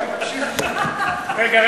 רגע,